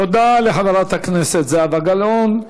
תודה לחברת הכנסת זהבה גלאון.